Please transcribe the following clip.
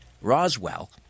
ROSWELL